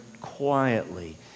quietly